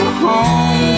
home